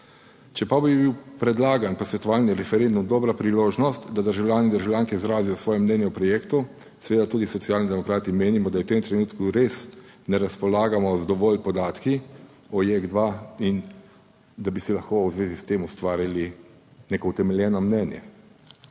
Če pa bi bil predlagan posvetovalni referendum dobra priložnost, da državljani in državljanke izrazijo svoje mnenje o projektu, seveda tudi Socialni demokrati menimo, da je v tem trenutku res ne razpolagamo z dovolj podatki o JEK2 in da bi si lahko v zvezi s tem ustvarili neko utemeljeno mnenje.